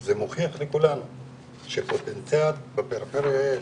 זה מוכיח לכולנו שפוטנציאל בפריפריה יש,